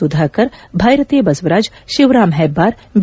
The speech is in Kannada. ಸುಧಾಕರ್ ಬ್ವೆರತಿ ಬಸವರಾಜ್ ಶಿವರಾಮ್ ಹೆಬ್ಬಾರ್ ಬಿ